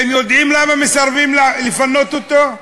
אתם יודעים למה מסרבים לפנות אותו?